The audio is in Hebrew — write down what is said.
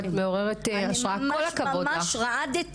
אני ממש רעדתי.